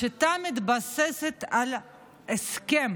השיטה מתבססת על הסכם